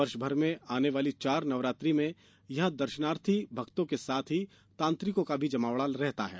वर्षभर में आने वाली चार नवरात्रि में यहां दर्षनार्थी भक्तों के साथ ही तांत्रिकों का भी जमावड़ा रहता है